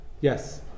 Yes